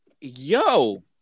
yo